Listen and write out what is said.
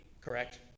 correct